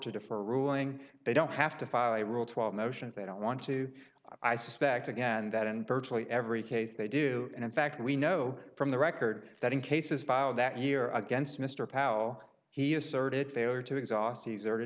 to differ a ruling they don't have to file a rule twelve motions they don't want to i suspect again that in virtually every case they do and in fact we know from the record that in cases filed that year against mr powell he asserted failure to exhaust caesar to